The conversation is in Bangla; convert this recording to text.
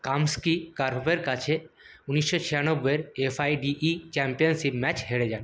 কামস্কি কার্পভের কাছে উনিশশো ছিয়ানব্বইয়ের F I D E championship match হেরে যান